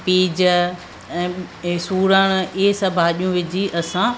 बीज ऐं सुरण इहे सभु भाॼियूं विझी असां